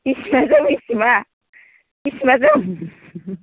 सिमा जोंनि सिमा सिमा जोम